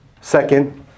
Second